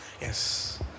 Yes